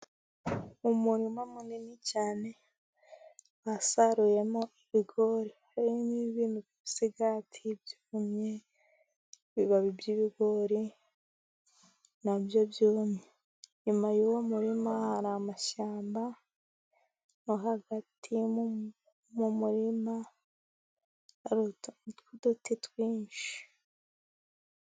Umurima munini cyane basaruyemo ibigori. Harimo ibintu by'ibisigati byumye, ibibabi by'ibigori na byo byumye. Inyuma y'uwo murima hari amashyamba, no hagati mu murima hari utuntu tw'uduti twinshi.